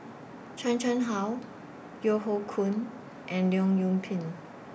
Chan Chang How Yeo Hoe Koon and Leong Yoon Pin